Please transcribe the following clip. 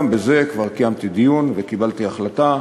גם על זה כבר קיימתי דיון וקיבלתי החלטה: